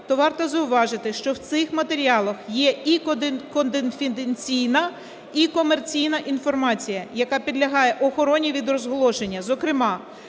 то варто зауважити, що в цих матеріалах є і конфіденційна і комерційна інформація, яка підлягає охороні від розголошення, зокрема,